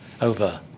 over